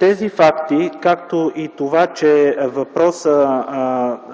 Тези факти, както и това, че въпросът